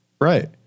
Right